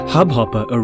Hubhopper